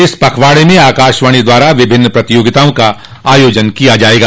इस पखवाड़े में आकाशवाणी द्वारा विभिन्न प्रतियोगिताओं का आयोजन किया जायेगा